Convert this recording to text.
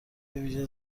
ویژه